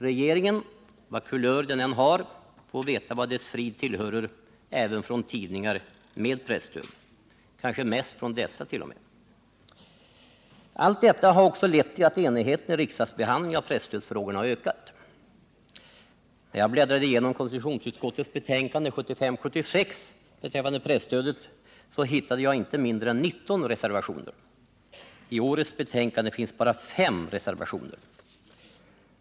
Regeringen — vilken kulör den än har — får veta vad dess frid tillhörer även från tidningar med presstöd, kanske mest från dessa t.o.m. Allt detta har också lett till att enigheten i riksdagsbehandlingen av presstödsfrågorna har ökat. När jag bläddrade igenom konstitutionsutskottets betänkande 1975/76 beträffande presstödet hittade jag inte mindre än 19 reservationer. I årets betänkande finns bara fem reservationer.